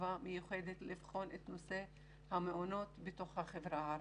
ישיבה מיוחדת לבחון את נושא המעונות בתוך החברה הערבית.